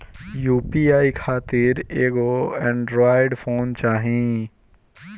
UPI खातिर एगो Android phone चाही